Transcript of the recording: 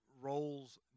roles